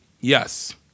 Yes